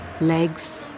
Legs